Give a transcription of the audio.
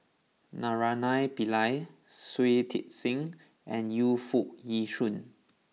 Naraina Pillai Shui Tit Sing and Yu Foo Yee Shoon